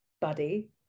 buddy